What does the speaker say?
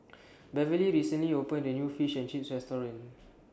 Beverlee recently opened A New Fish and Chips Restaurant